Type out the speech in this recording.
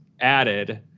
added